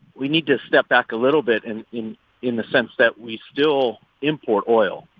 we need to step back a little bit and in in the sense that we still import oil.